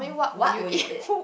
what would you eat